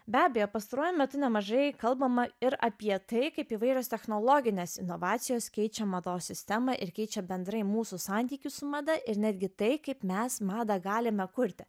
be abejo pastaruoju metu nemažai kalbama ir apie tai kaip įvairios technologinės inovacijos keičia mados sistemą ir keičia bendrai mūsų santykius su mada ir netgi tai kaip mes madą galime kurti